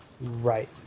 Right